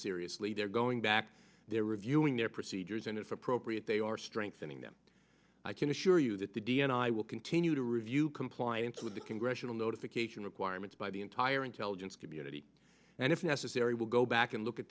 seriously they're going back they're reviewing their procedures and if appropriate they are strengthening them i can assure you that the d n i will continue to review compliance with the congressional notification requirements by the entire intelligence community and if necessary we'll go back and look at